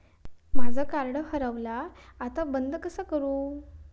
माझा कार्ड हरवला आता बंद कसा करू?